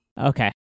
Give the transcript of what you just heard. Okay